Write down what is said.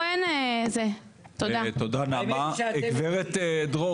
האמת היא שאתם איתי.